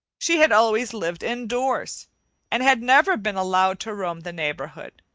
she had always lived indoors and had never been allowed to roam the neighborhood.